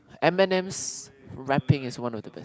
Eminem's rapping is one of the best